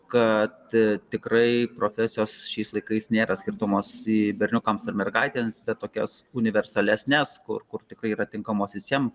kad tikrai profesijos šiais laikais nėra skirstomos į berniukams ir mergaitėms bet kokias universalesnes kur kur tikrai yra tinkamos visiems